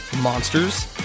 monsters